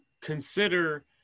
consider –